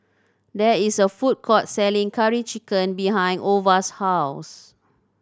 there is a food court selling Curry Chicken behind Ova's house